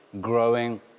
growing